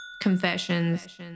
Confessions